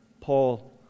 Paul